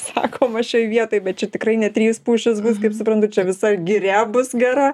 sakoma šioj vietoj bet čia tikrai ne trys pušys bus kaip suprantu čia visa giria bus gera